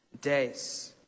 days